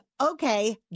okay